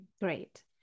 great